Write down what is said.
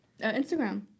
Instagram